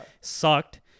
Sucked